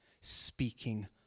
speaking